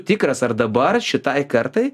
tikras ar dabar šitai kartai